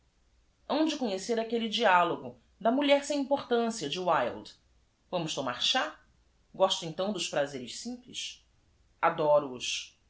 ão de conhecer aquelle dialogo da ulher sem mportância de i l d e a m o s tomar chá osta então dos prazeres simples doro os s